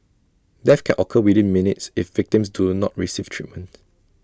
death can occur within minutes if victims do not receive treatment